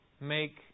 Make